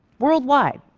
worldwide.